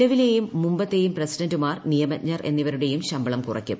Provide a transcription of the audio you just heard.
നിലവിലെയും മുമ്പത്തെയും പ്രസിഡന്റുമാർ നിയമജ്ഞർ എന്നിവരുടെയും ശമ്പളം കുറയ്ക്കും